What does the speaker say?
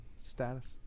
status